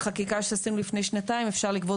בחקיקה שעשינו לפני שנתיים אפשר לגבות